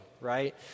Right